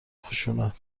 خشونت